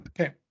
okay